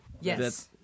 Yes